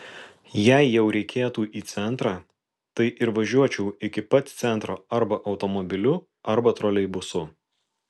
jei jau reikėtų į centrą tai ir važiuočiau iki pat centro arba automobiliu arba troleibusu